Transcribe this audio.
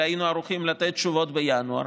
אלא היינו ערוכים לתת תשובות בינואר,